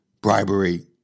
bribery